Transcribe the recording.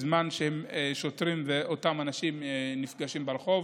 בזמן ששוטרים ואותם אנשים נפגשים ברחוב,